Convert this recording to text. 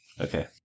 Okay